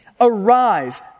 Arise